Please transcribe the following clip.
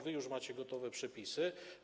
Wy już macie gotowe przepisy.